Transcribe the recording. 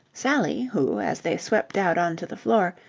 sally, who, as they swept out on to the floor,